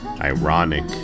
Ironic